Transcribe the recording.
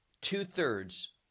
two-thirds